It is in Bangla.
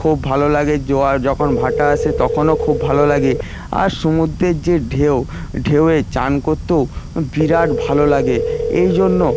খুব ভালো লাগে জোয়ার যখন ভাটা আসে তখনও খুব ভালো লাগে আর সমুদ্রের যে ঢেউ ঢেউয়ে চান করতেও বিরাট ভালো লাগে এই জন্য